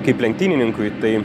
kaip lenktynininkui tai